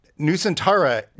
Nusantara